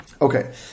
Okay